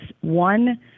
one